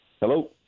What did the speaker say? Hello